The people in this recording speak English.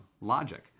logic